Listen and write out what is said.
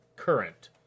current